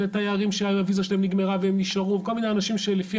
זה תיירים שהוויזה שלהם נגמרה והם נשארו וכל מיני אנשים שלפי